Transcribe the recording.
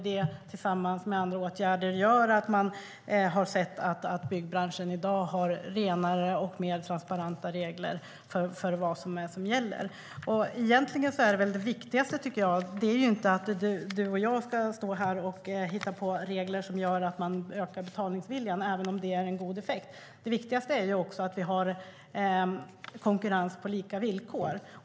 Detta tillsammans med andra åtgärder gör att byggbranschen i dag har renare och mer transparenta regler för vad som gäller. Egentligen är det viktigaste inte att du och jag här ska hitta på regler som ökar betalningsviljan, även om det vore en god effekt. Det viktigaste är ju att vi har konkurrens på lika villkor.